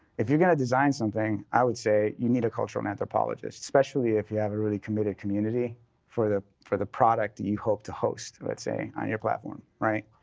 if you're going to design something, i would say you need a cultural anthropologist, especially if you have a really committed community for the for the product that you hope to host, let's say, on your platform, right?